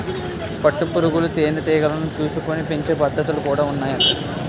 పట్టు పురుగులు తేనె టీగలను చూసుకొని పెంచే పద్ధతులు కూడా ఉన్నాయట